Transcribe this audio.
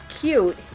cute